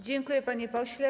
Dziękuję, panie pośle.